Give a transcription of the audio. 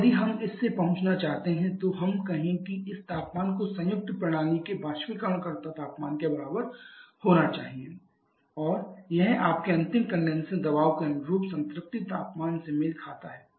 अब यदि हम इससे पहुंचना चाहते हैं तो हम कहें कि इस तापमान को संयुक्त प्रणाली के बाष्पीकरणकर्ता तापमान के बराबर होना चाहिए और यह आपके अंतिम कंडेनसर दबाव के अनुरूप संतृप्ति तापमान से मेल खाता है